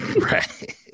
Right